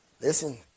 Listen